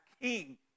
King